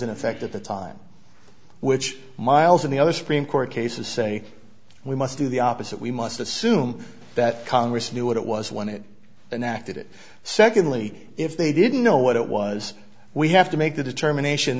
in effect at the time which miles and the other supreme court cases say we must do the opposite we must assume that congress knew what it was when it then acted it secondly if they didn't know what it was we have to make the determination